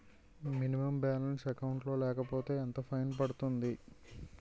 Minimum balance account లో లేకపోతే ఎంత ఫైన్ పడుతుంది?